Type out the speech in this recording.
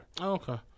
okay